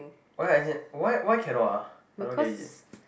oh ya as in why why cannot ah I don't get it